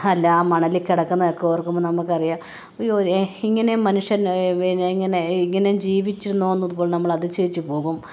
ഹല്ലാ ആ മണലില് കിടക്കുന്നതൊക്കെ ഓർക്കുമ്പോള് നമുക്കറിയാം അയ്യോ ഒരേ ഇങ്ങനെയും മനുഷ്യൻ പിന്നെ ഇങ്ങനെ ഇങ്ങനെയും ജീവിച്ചിരുന്നോന്നതുപോൽ നമ്മളതിശയിച്ചുപോകും